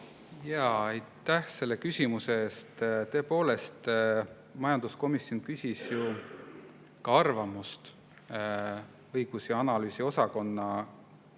Aitäh selle küsimuse eest! Tõepoolest, majanduskomisjon küsis ka arvamust õigus‑ ja analüüsiosakonna